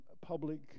public